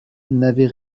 n’avait